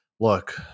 look